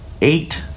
eight